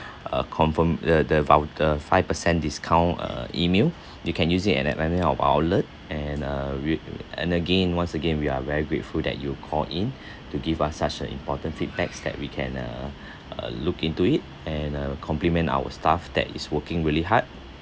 uh confirm the the vou~ the five percent discount uh email you can use it and any of our outlet and uh real~ and again once again we are very grateful that you call in to give us such a important feedbacks that we can uh uh look into it and uh compliment our staff that is working really hard